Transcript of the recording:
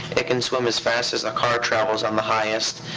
it can swim as fast as a car travels on the highest.